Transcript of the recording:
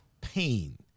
pain